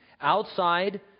Outside